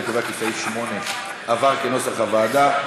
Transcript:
אני קובע כי סעיף 8 עבר כנוסח הוועדה.